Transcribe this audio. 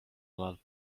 alal